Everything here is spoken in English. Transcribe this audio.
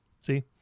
See